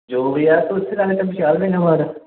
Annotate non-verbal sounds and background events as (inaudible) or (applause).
(unintelligible)